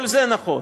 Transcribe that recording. כל זה נכון,